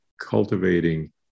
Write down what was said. cultivating